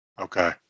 Okay